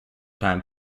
time